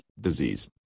disease